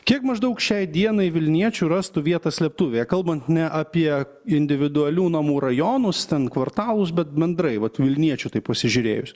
kiek maždaug šiai dienai vilniečių rastų vietą slėptuvėje kalbant ne apie individualių namų rajonus ten kvartalus bet bendrai vat vilniečių taip pasižiūrėjus